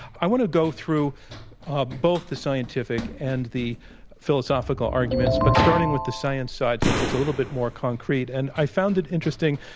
i want to go through ah both the scientific and the philosophical arguments, but starting with the science side since it's a little bit more concrete. and i found it interesting,